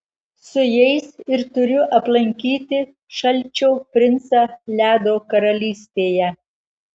su jais ir turiu aplankyti šalčio princą ledo karalystėje